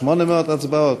800 הצבעות,